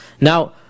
Now